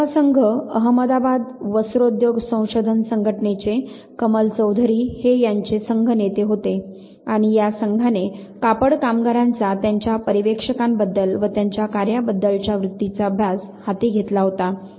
5 वा संघ अहमदाबाद वस्रोद्योग संशोधन संघटनेचे कमल चौधरी हे याचे संघ नेते होते आणि या संघाने "कापड कामगारांचा त्यांच्या पर्यवेक्षकांबद्दल व त्यांच्या कार्याबद्दलच्या वृत्तीचा अभ्यास" हाती घेतला होता